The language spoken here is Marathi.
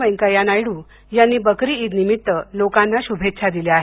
व्यंकय्या नायडू यांनी बकरी ईदनिमित्त जनतेला शुभेच्छा दिल्या आहेत